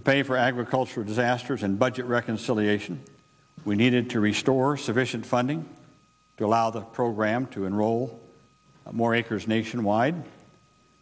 to pay for agriculture disasters and budget reconciliation we needed to restore sufficient funding the allow the program to enroll more acres nationwide